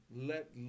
let